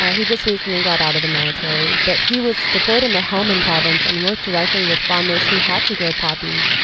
ah he recently got out of the military. but he was deployed in the helmand province and worked directly with farmers who had to grow poppy.